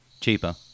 Cheaper